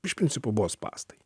iš principo buvo spąstai